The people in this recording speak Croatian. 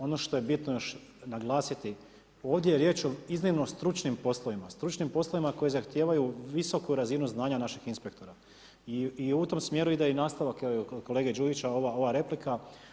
Ono što je bitno naglasiti, ovdje je riječ o iznimno stručnim poslovima, stručnim poslovima koji zahtijevaju visoku razinu znanja naših inspektora i u tom smjeru ide i nastavak evo kolege Đujića ova replika.